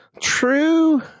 True